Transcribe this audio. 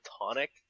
platonic